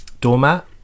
doormat